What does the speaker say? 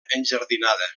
enjardinada